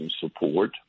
support